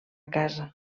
casa